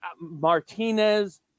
Martinez